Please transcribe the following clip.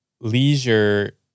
leisure